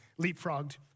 leapfrogged